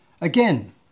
Again